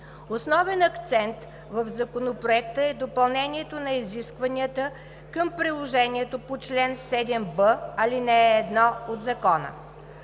Основен акцент в Законопроекта е допълнението на изискванията към Приложението по чл. 7б, ал. 1 от Закона.